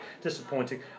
Disappointing